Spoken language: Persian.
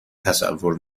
تصور